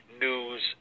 news